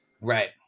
Right